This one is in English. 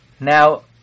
Now